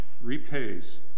repays